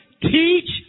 Teach